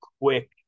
quick